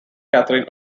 catherine